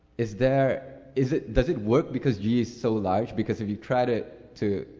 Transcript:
is there, is it, does it work because ge is so large? because if you tried it to,